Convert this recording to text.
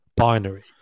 binary